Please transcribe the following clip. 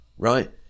Right